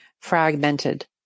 fragmented